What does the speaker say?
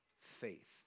faith